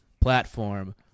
platform